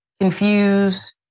confuse